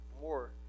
more